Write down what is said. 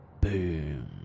Boom